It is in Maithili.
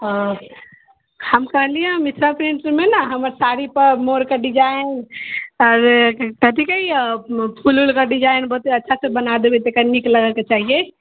ओ हम कहलियै हम मिथिला पेंटिंगमे ने हमर साड़ीपर मोरके डिजाइन आओर कथी कहैए फूल ऊलके डिजाइन बहुत अच्छासँ बना देबै तऽ कनी नीक लगयके चाहियै